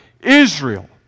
Israel